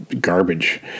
garbage